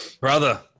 Brother